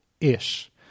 ish